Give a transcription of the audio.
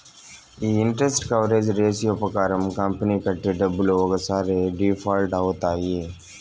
ఈ interest coverage ratio ప్రకారం company కట్టే డబ్బులు ఒక్కసారి డిఫాల్ట్ అవుతాయి